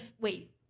wait